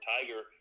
Tiger